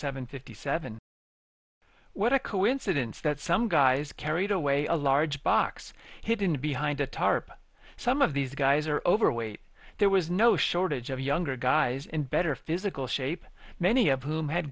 seven fifty what a coincidence that some guys carried away a large box hidden behind a tarp some of these guys are overweight there was no shortage of younger guys in better physical shape many of whom had